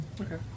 Okay